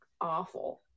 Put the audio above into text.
awful